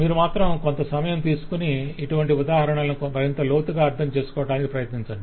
మీరు మాత్రం కొంత సమయం తీసుకొని ఇటువంటి ఉదాహరణలను మరింత లోతుగా అర్థం చేసుకోవడానికి ప్రయత్నించండి